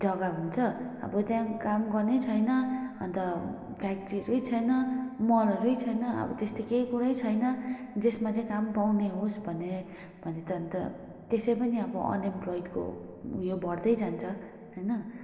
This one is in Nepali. जग्गा हुन्छ अब त्यहाँ काम गर्ने छैन अन्त फ्याक्ट्रीहरू नै छैन मलहरू नै छैन अब त्यस्तो केही कुरै छैन जसमा चाहिँ काम पाउने होस् भने भने त अन्त त्यसै पनि अब अनइम्प्लोइडको उयो बडदै जान्छ होइन